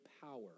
power